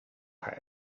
haar